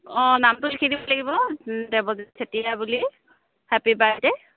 অঁ নামটো লিখি দিব লাগিব দেৱজিত চেতিয়া বুলি হেপী বাৰ্থডে